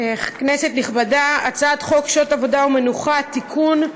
כנסת נכבדה, הצעת חוק שעות עבודה ומנוחה (תיקון,